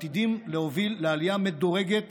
עתידים להוביל לעלייה מדורגת